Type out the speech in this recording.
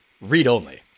read-only